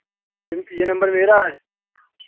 ये नंबर मेरा है